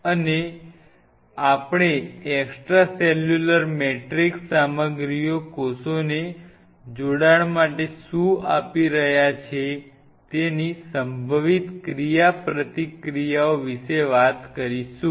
અને આપણે extra cellular matrix સામગ્રીઓ કોષને જોડાણ માટે શું આપી રહ્યા છે તેની સંભવિત ક્રિયાપ્રતિક્રિયાઓ વિશે વાત કરીશું